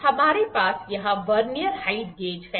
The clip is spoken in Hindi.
अब हमारे पास यहां वर्नियर हाइट गेज है